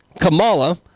Kamala